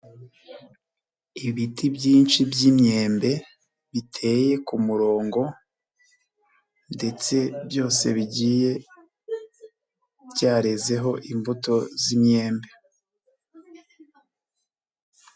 Ibiti byinshi by'imyembe, biteye murongo ndetse byose bigiye, byarezeho imbuto z'imyembe.